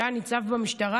שהיה ניצב במשטרה,